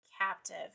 captive